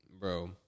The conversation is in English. Bro